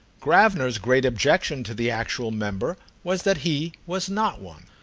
gravener's great objection to the actual member was that he was not one.